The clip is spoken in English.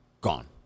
gone